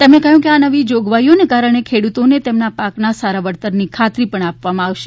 તેમણે કહ્યું કે આ નવી જોગવાઈઓને કારણે ખેડૂતોને તેમના પાકના સારા વળતરની ખાતરી પણ આપવામાં આવશે